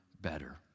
better